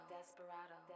Desperado